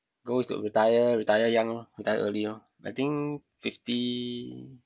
goal is to retire retire young lor retire early lor I think fifty